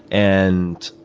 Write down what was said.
and,